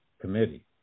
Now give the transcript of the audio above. committee